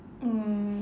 mm